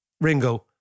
Ringo